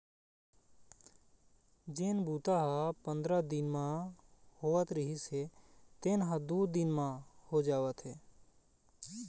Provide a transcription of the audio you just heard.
जेन बूता ह पंदरा दिन म होवत रिहिस हे तेन ह दू दिन म हो जावत हे